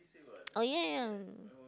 oh ya ya